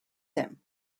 him